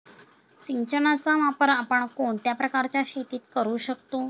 सिंचनाचा वापर आपण कोणत्या प्रकारच्या शेतीत करू शकतो?